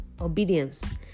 Obedience